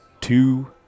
two